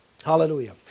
Hallelujah